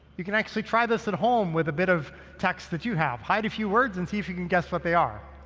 you can actually try this at home with a bit of text that you have. hide a few words and see if you can guess what they are.